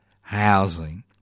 housing